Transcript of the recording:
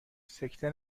سکته